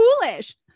foolish